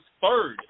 third